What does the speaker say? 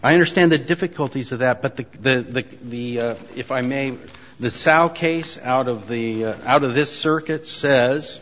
i understand the difficulties of that but the the the if i may the south case out of the out of this circuit says